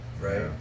right